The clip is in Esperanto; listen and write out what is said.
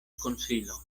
konsilo